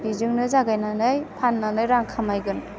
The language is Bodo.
बिजोंनो जागायनानै फाननानै रां खामायगोन